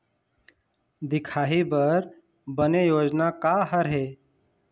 दिखाही बर बने योजना का हर हे?